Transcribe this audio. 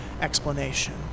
explanation